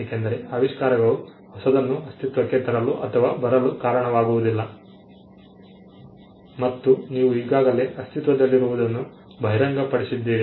ಏಕೆಂದರೆ ಆವಿಷ್ಕಾರಗಳು ಹೊಸದನ್ನು ಅಸ್ತಿತ್ವಕ್ಕೆ ತರಲು ಅಥವಾ ಬರಲು ಕಾರಣವಾಗುವುದಿಲ್ಲ ಮತ್ತು ನೀವು ಈಗಾಗಲೇ ಅಸ್ತಿತ್ವದಲ್ಲಿರುವುದನ್ನು ಬಹಿರಂಗಪಡಿಸಿದ್ದೀರಿ